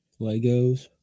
Legos